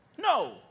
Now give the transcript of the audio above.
No